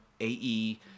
AE